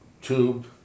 tube